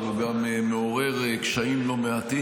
אבל הוא גם מעורר קשיים לא מעטים.